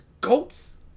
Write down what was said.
GOATS